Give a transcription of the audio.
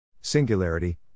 Singularity